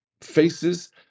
faces